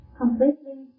completely